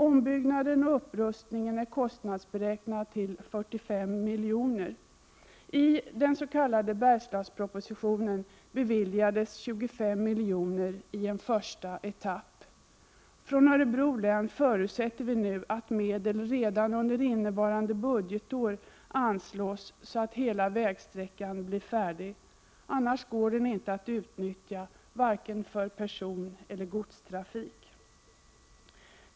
Ombyggnaden och upprustningen är kostnadsberäknad till 45 miljoner kronor. I den Örebro län förutsätter vi nu att medel redan under innevarande budgetår anslås så att hela vägsträckan blir färdig, annars går den inte att utnyttja, varken för personeller godstrafik.